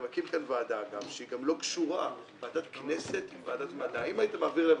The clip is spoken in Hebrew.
שהיא גם לא קשורה - ועדת כנסת עם ועדת מדע.